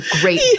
great